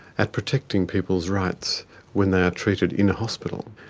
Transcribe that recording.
at protecting people's rights when they are treated in a hospital.